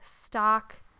stock